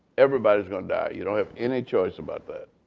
everybody's going to die. you don't have any choice about that.